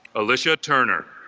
alicia turner